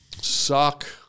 Suck